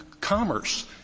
commerce